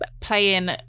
playing